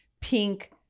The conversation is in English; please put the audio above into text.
pink